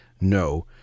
no